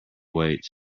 wait